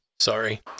Sorry